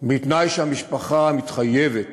בתנאי שהמשפחה מתחייבת